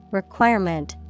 requirement